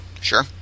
Sure